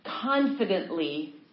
confidently